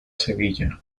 sevilla